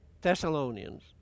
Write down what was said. Thessalonians